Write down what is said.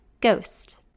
Ghost